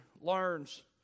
learns